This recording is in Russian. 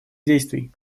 действий